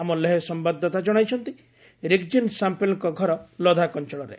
ଆମ ଲେହ ସମ୍ଭାଦଦାତା ଜଣାଇଛନ୍ତି ରିଗ୍ଜିନ୍ ସାମ୍ଫେଲ୍ଙ୍କ ଘର ଲଦାଖ ଅଞ୍ଚଳରେ